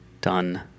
done